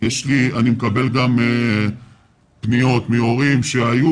אני מקבל גם פניות מהורים שהילדים שלהם